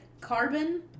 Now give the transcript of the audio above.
carbon